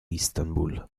istanbul